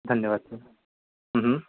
धन्यवाद सर